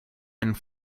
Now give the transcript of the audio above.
and